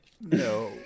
no